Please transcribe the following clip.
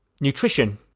nutrition